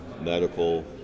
medical